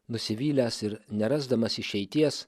nusivylęs ir nerasdamas išeities